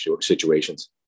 situations